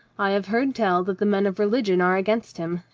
i have heard tell that the men of religion are against him,